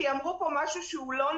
כי אמרו פה משהו שהוא לא נכון.